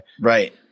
Right